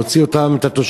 מוציא את התושבים,